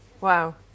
Wow